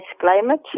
climate